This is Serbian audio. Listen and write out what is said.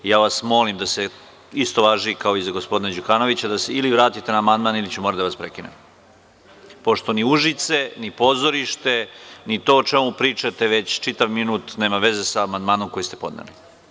Ja vas molim, isto važi kao i za gospodina Đukanovića, da se ili vratite na amandman, ili ću morati da vas prekinem, pošto ni Užice, ni pozorište, ni to o čemu pričate već čitav minut nema veze sa amandmanom koji ste podneli.